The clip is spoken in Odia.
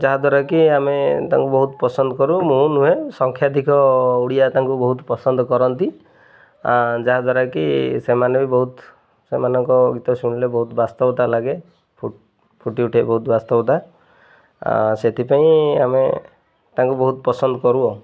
ଯାହାଦ୍ୱାରା କିି ଆମେ ତାଙ୍କୁ ବହୁତ ପସନ୍ଦ କରୁ ମୁଁ ନୁହେଁ ସଂଖ୍ୟାଧିକ ଓଡ଼ିଆ ତାଙ୍କୁ ବହୁତ ପସନ୍ଦ କରନ୍ତି ଯାହାଦ୍ୱାରା କିି ସେମାନେ ବି ବହୁତ ସେମାନଙ୍କ ଗୀତ ଶୁଣିଲେ ବହୁତ ବାସ୍ତବତା ଲାଗେ ଫୁଟି ଉଠେ ବହୁତ ବାସ୍ତବତା ସେଥିପାଇଁ ଆମେ ତାଙ୍କୁ ବହୁତ ପସନ୍ଦ କରୁ ଆଉ